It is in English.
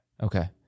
Okay